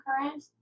current